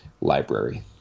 library